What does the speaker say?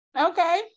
Okay